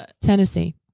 Tennessee